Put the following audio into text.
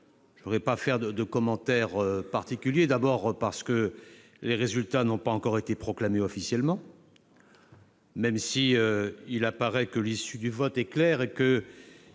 Je ne voudrais pas faire de commentaire particulier. D'abord, les résultats n'ont pas encore été proclamés officiellement, même s'il apparaît que l'issue du vote est claire et que